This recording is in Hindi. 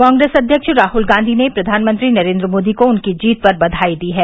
कांग्रेस अध्यक्ष राहुल गांधी ने प्रधानमंत्री नरेंद्र मोदी को उनकी जीत पर बधाई दी है